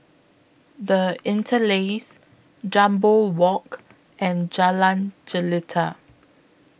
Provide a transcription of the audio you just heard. The Interlace Jambol Walk and Jalan Jelita